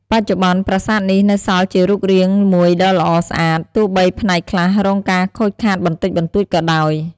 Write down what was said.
បច្ចុប្បន្ន ប្រាសាទនេះនៅសល់ជារូបរាងមួយដ៏ល្អស្អាត ទោះបីផ្នែកខ្លះរងការខូចខាតបន្តិចបន្តួចក៏ដោយ។